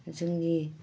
जोंनि